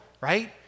Right